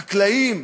החקלאים.